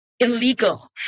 illegal